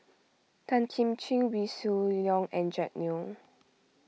Tan Kim Ching Wee Shoo Leong and Jack Neo